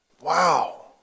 wow